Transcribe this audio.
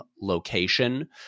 location